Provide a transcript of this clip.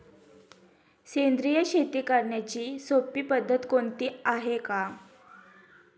सेंद्रिय शेती करण्याची सोपी पद्धत कोणती आहे का?